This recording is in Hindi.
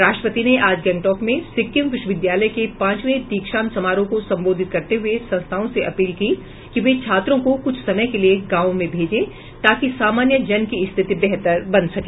राष्ट्रपति ने आज गंगटॉक में सिक्किम विश्वविद्यालय के पांचवें दीक्षांत समारोह को संबोधित करते हुए संस्थाओं से अपील की कि वे छात्रों को कुछ समय के लिए गांव में भेजें ताकि सामान्य जन की स्थिति बेहतर बन सके